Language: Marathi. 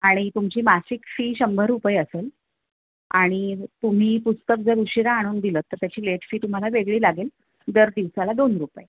आणि तुमची मासिक फी शंभर रुपये असेल आणि तुम्ही पुस्तक जर उशिरा आणून दिलंंत तर त्याची लेट फी तुम्हाला वेगळी लागेल दर दिवसाला दोन रुपये